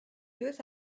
deux